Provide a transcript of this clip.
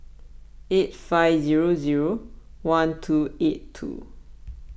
eight five zero zero one two eight two